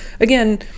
again